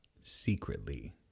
Secretly